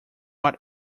what